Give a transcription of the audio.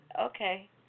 Okay